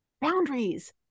boundaries